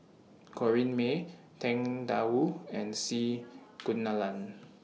Corrinne May Tang DA Wu and C Kunalan